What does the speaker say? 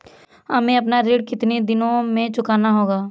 हमें अपना ऋण कितनी दिनों में चुकाना होगा?